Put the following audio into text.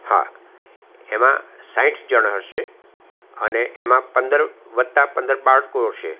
હા એમાં સાંઠ જણ હશે અને એમાં પંદર વત્તા પંદર બાળકો હશે